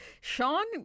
Sean